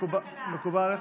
מקובל עליך?